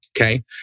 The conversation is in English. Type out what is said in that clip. Okay